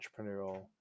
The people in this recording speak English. entrepreneurial